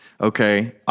okay